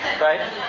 Right